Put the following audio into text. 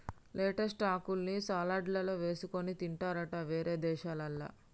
lettuce ఆకుల్ని సలాడ్లల్ల వేసుకొని తింటారట వేరే దేశాలల్ల